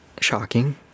shocking